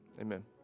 amen